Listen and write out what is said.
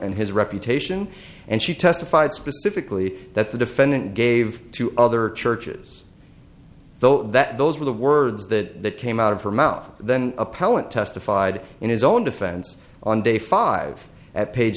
and his reputation and she testified specifically that the defendant gave two other churches though that those were the words that came out of her mouth then appellant testified in his own defense on day five at pa